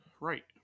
Right